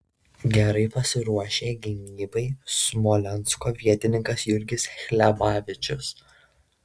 gerai pasiruošė gynybai smolensko vietininkas jurgis hlebavičius